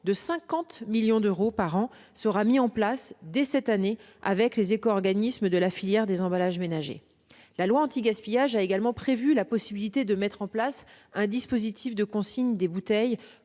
de 50 millions d'euros par an sera mis en place dès cette année avec les éco-organismes de la filière des emballages ménagers. La loi anti-gaspillage permet également de mettre en place un dispositif de consigne des bouteilles